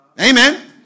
Amen